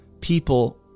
people